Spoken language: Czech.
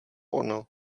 ono